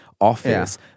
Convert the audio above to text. office